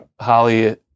Holly